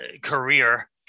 career